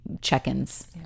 check-ins